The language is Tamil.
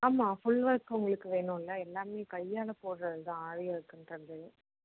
ஆமாம் ஃபுல் ஒர்க் உங்களுக்கு வேணும்ல எல்லாமே கையால் போடுறதுதான் ஆரி ஒர்க்குன்றது